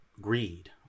greed